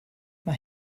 mae